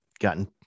gotten